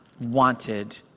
wanted